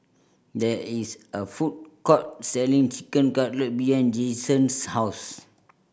there is a food court selling Chicken Cutlet behind Jayvon's house